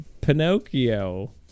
Pinocchio